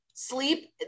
sleep